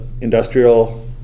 industrial